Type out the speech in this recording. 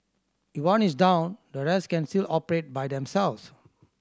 if one is down the rest can still operate by themselves